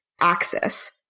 access